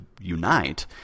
unite